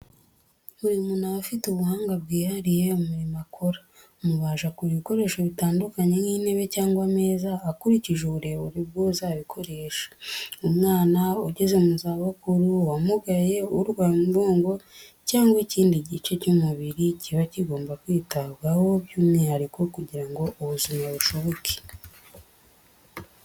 Buri muntu aba afite ubuhanga bwihariye mu mirimo akora, umubaji akora ibikoresho bitandukanye, nk'intebe cyangwa ameza akurikije uburebure bw'uzabikoresha: umwana, ugeze mu zabukuru, uwamugaye, urwaye umugongo cyangwa ikindi gice cy'umubiri, kiba kigomba kwitabwaho by'umwihariko kugira ngo ubuzima bushoboke.